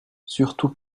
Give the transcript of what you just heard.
surtout